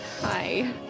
Hi